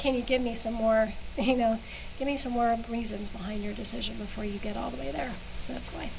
can you give me some more they know give me some more reasons behind your decision before you get all the way there that's why